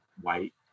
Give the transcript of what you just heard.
white